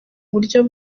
buryo